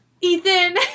Ethan